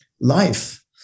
life